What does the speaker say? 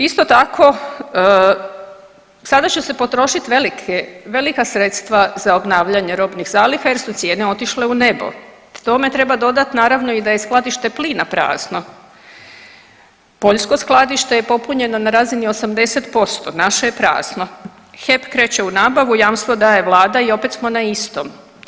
Isto tako sada će se potrošit veliki, velika sredstva za obnavljanje robnih zaliha jer su cijene otišle u nebo, tome treba dodat naravno i da je skladište plina prazno, poljsko skladište je popunjeno na razini 80%, naše je prazno, HEP kreće u nabavu, jamstvo daje vlada i opet smo na istom.